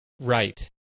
Right